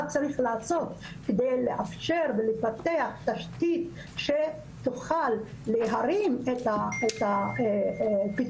מה צריך לעשות כדי לאפשר ולפתח תשתית שתוכל להרים את הפתרון,